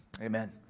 Amen